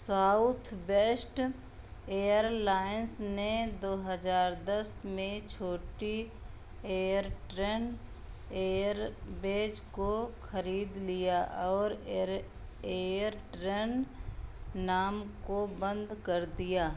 Southwest Airlines ने दो हज़ार दस में छोटी एयरट्रेन एयरबेज को ख़रीद लिया और एयर एयरट्रेन नाम को बंद कर दिया